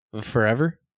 Forever